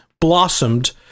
blossomed